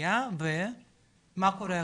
נוצרייה ומה קורה עכשיו?